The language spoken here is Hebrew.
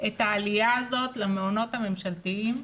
את העליה הזאת למעונות הממשלתיים,